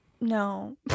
no